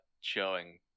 showing